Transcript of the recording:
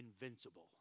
invincible